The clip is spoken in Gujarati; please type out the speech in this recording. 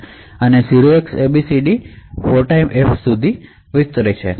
અને તે ખાતરી આ ટાર્ગેટ સરનામાંના હાયર ઓર્ડર બિટ્સ 0Xabcd છે તેની ચકાસણી દ્વારા કરવામાં આવે છે